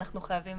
אנחנו חייבים